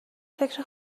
فکر